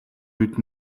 үед